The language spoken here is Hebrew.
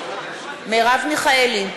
מיכאלי,